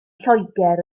lloegr